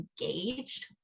engaged